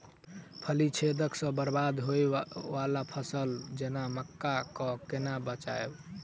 फली छेदक सँ बरबाद होबय वलासभ फसल जेना मक्का कऽ केना बचयब?